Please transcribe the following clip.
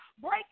break